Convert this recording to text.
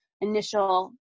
initial